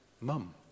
mum